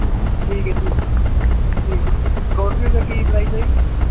ਠੀਕ ਹੈ ਠੀਕ ਠੀਕ ਸਕੌਰਪਿਊ ਦਾ ਕੀ ਪਰਾਇਜ਼ ਹੈ ਜੀ